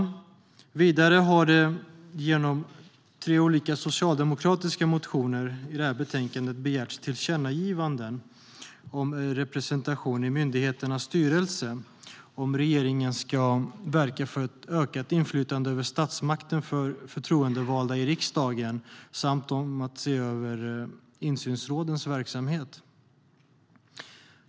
Vidare har det genom tre olika socialdemokratiska motioner i betänkandet begärts tillkännagivanden om representation i myndigheternas styrelser, om att regeringen ska verka för ett ökat inflytande över statsmakten för förtroendevalda i riksdagen samt om att se över insynsrådens verksamhet.